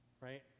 Right